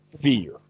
fear